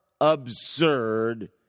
absurd